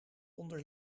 onder